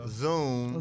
zoom